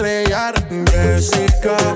Jessica